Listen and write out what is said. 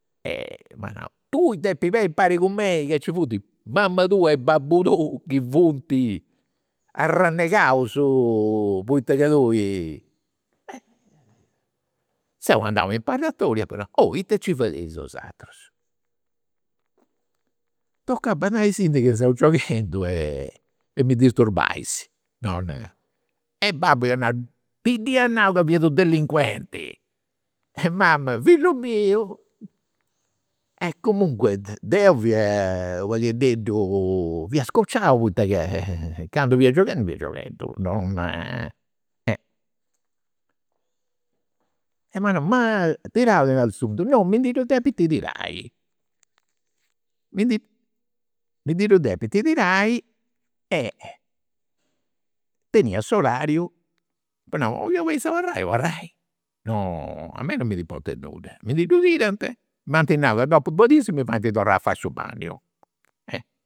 E m'at nau, tui depis beniri impari cun mei ca nci fun mama tua e babbu tuu chi funt arrennegaus poita ca tui. Seu andau in parlatoriu e ddis apu nau, oh ita nci fadeis 'osatrus. Tocai bandaisindi ca seu gioghendu e mi disturbais. E babbu ia nau, ti ddia nau ca fiat u' delinquenti. E mama, fillu miu. E comunque deu fia u' paghededdu, fia scocciau poita ca candu fia gioghendu fiu giughendu, non. E m'at nau, ma tirau ti dd'ant su puntu? No, mi ddu depint tirai. Mi mi ndi ddu depint tirai e tenia s'orariu, apu nau, chi 'oleis abarrai abarrai, non, a mei non mi ndi portat nudda, tirant. M'ant nau ca dopu duas dis mi faint torrai a fai su bagnu.